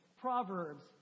proverbs